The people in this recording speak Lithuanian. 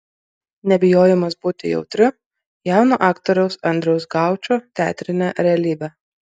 nebijojimas būti jautriu jauno aktoriaus andriaus gaučo teatrinė realybė